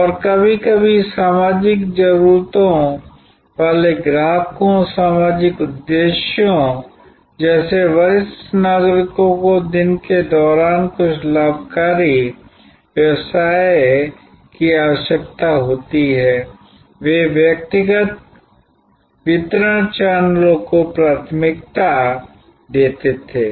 और कभी कभी सामाजिक जरूरतों वाले ग्राहकों सामाजिक उद्देश्यों जैसे वरिष्ठ नागरिकों को दिन के दौरान कुछ लाभकारी व्यवसाय की आवश्यकता होती है वे व्यक्तिगत वितरण चैनलों को प्राथमिकता देते थे